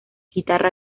guitarra